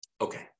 Okay